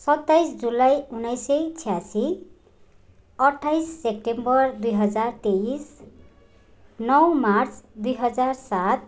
सत्ताइस जुलाई उन्नाइस सय छ्यासी अट्ठाइस सेप्टेम्बर दुई हजार तेइस नौ मार्च दुई हजार सात